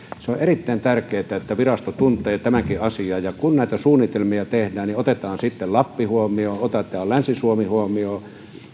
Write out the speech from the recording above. se on erittäin tärkeätä että virasto tuntee tämänkin asian ja kun näitä suunnitelmia tehdään niin otetaan sitten lappi huomioon otetaan länsi suomi huomioon